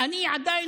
אחר כך